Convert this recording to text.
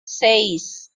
seis